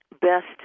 best